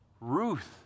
Ruth